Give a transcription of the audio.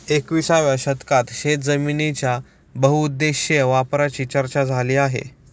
एकविसाव्या शतकात शेतजमिनीच्या बहुउद्देशीय वापराची चर्चा झाली आहे